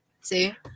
See